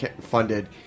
funded